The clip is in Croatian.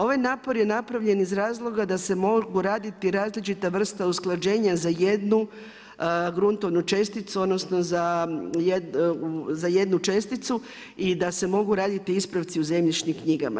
Ovaj napor je napravljen iz razloga da se mogu raditi različite vrste usklađenja za jednu gruntovnu česticu, odnosno za jednu česticu i da se mogu raditi ispravci u zemljišnim knjigama.